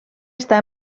està